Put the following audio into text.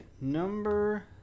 number